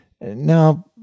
now